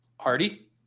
Hardy